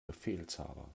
befehlshaber